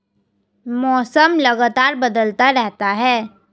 मौसम लगातार बदलता रहता है